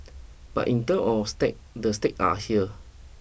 but in terms of stake the stake are here